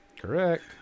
Correct